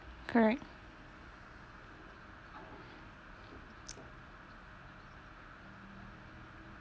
correct